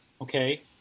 okay